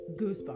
goosebumps